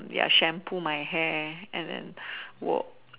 ya shampoo my hair and then work